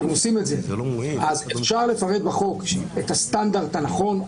אבל אם עושים את זה אז אפשר לפרט בחוק את הסטנדרט הנכון,